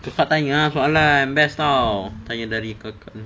kakak tanya lah soalan best [tau]